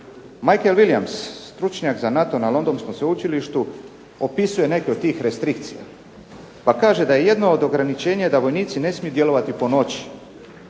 Michael Wiliams stručnjak za NATO na Londonskom sveučilištu opisuje neke od tih restrikcija, pa kaže da je jedno od ograničenja da vojnici ne smiju djelovati po noći.